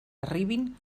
arribin